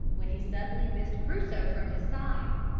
when he suddenly missed crusoe from his side.